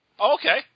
Okay